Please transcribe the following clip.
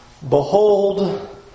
Behold